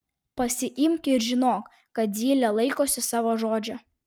pasiimk ir žinok kad zylė laikosi savo žodžio